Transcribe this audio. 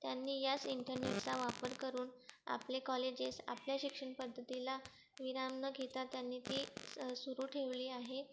त्यांनी याच इंटरनेटचा वापर करून आपले कॉलेजेस आपल्या शिक्षणपद्धतीला विराम न घेता त्यांनी ती सुरू ठेवली आहे